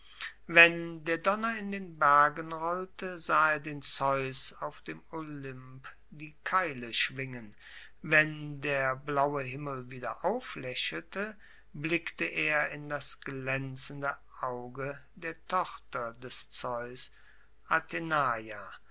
wenn der donner in den bergen rollte sah er den zeus auf dem olymp die keile schwingen wenn der blaue himmel wieder auflaechelte blickte er in das glaenzende auge der tochter des zeus